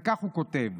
וכך הוא כותב: